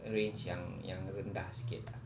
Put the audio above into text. arrange yang yang rendah sikit lah